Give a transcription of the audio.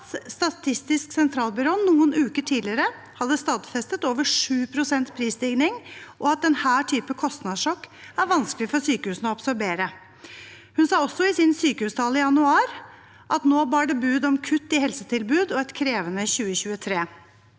Statistisk sentralbyrå noen uker tidligere hadde stadfestet over 7 pst. prisstigning, og at denne typen kostnadssjokk er vanskelig for sykehusene å absorbere. Hun sa også, i sin sykehustale i januar, at det nå bar bud om kutt i helsetilbudet og et krevende 2023.